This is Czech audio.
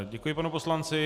Děkuji panu poslanci.